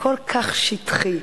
כל כך שטחי,